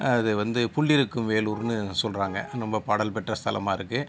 அது வந்து புல்லிருக்கும் வேலூருன்னு சொல்கிறாங்க ரொம்ப பாடல் பெற்ற ஸ்தலமாக இருக்குது